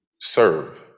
serve